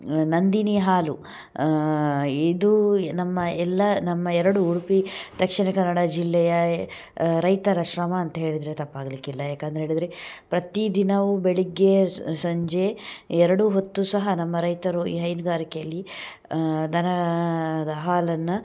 ನಂದಿನಿ ಹಾಲು ಇದು ನಮ್ಮ ಎಲ್ಲ ನಮ್ಮ ಎರಡು ಉಡುಪಿ ದಕ್ಷಿಣ ಕನ್ನಡ ಜಿಲ್ಲೆಯ ರೈತರ ಶ್ರಮ ಅಂತ ಹೇಳಿದರೆ ತಪ್ಪಾಗಲಿಕ್ಕಿಲ್ಲ ಯಾಕಂತೇಳಿದರೆ ಪ್ರತಿದಿನವೂ ಬೆಳಗ್ಗೆ ಸಂಜೆ ಎರಡು ಹೊತ್ತು ಸಹ ನಮ್ಮ ರೈತರು ಈ ಹೈನುಗಾರಿಕೆಯಲ್ಲಿ ದನದ ಹಾಲನ್ನು